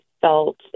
felt